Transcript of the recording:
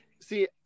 See